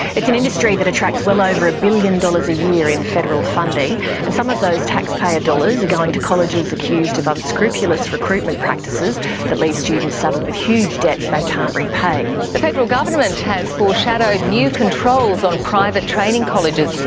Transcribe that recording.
it's an industry that attracts well over one billion dollars a year in federal funding and some of those taxpayer dollars are going to colleges accused of unscrupulous recruitment practices that leave students saddled with huge debts they can't repay. the federal government has foreshadowed new controls on private training colleges,